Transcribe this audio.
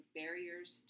barriers